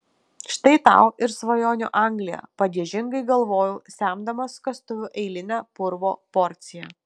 štai tau ir svajonių anglija pagiežingai galvojau semdamas kastuvu eilinę purvo porciją